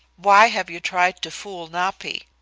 why have you tried to fool napi?